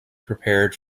prepared